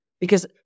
Because-